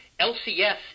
LCS